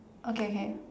okay kay